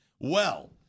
Well-